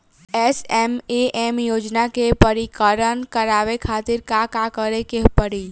SMAM योजना में पंजीकरण करावे खातिर का का करे के पड़ी?